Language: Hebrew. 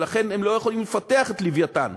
ולכן הם לא יכולים לפתח את "לווייתן",